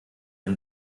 ein